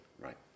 Right